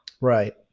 Right